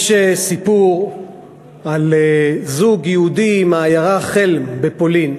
יש סיפור על זוג יהודי מהעיירה חלם בפולין.